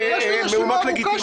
מחאה לגיטימית.